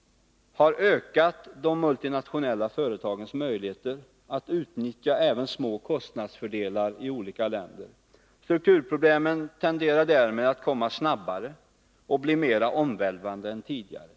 — har ökat de multinationella företagens möjligheter att utnyttja även små kostnadsfördelar i olika länder. Strukturproblemen tenderar därmed att komma snabbare och bli mera omvälvande än tidigare.